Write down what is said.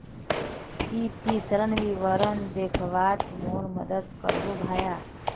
की ती ऋण विवरण दखवात मोर मदद करबो भाया